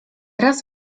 raz